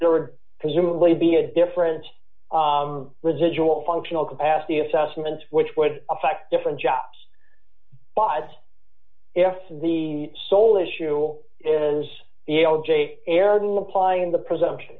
there were presumably be a different residual functional capacity assessments which would affect different jobs but if the sole issue is aired and applying the presumption